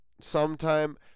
sometime